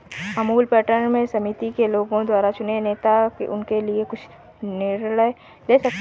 Amul pattern में समिति के लोगों द्वारा चुने नेता उनके लिए कुछ निर्णय ले सकते हैं